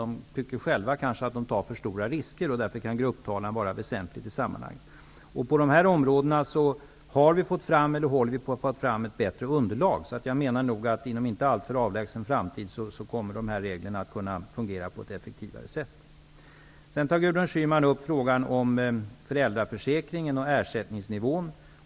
De tycker kanske själva att de tar för stora risker, och därför kan grupptalan vara väsentligt i sammanhanget. På dessa områden håller vi på att ta fram ett bättre underlag, och inom en inte alltför avlägsen framtid kommer reglerna att kunna fungera på ett effektivare sätt. Gudrun Schyman tar sedan upp frågan om föräldraförsäkringen och ersättningsnivån.